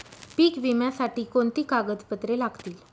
पीक विम्यासाठी कोणती कागदपत्रे लागतील?